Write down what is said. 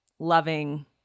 loving